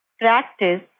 practice